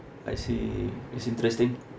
I see it's interesting